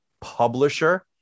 publisher